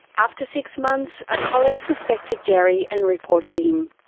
after six months, a colleague suspected gerry and reported him.